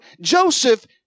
Joseph